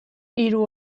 hiru